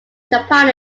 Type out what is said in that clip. japan